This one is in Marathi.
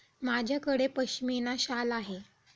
माझ्याकडे पश्मीना शाल आहे